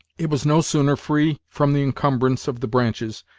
it was no sooner free from the incumbrance of the branches,